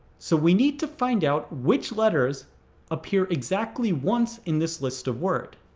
so we need to find out which letters appear exactly once in this list of words.